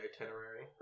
itinerary